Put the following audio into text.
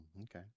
Okay